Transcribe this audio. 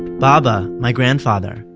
baba, my grandfather,